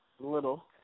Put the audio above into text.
Little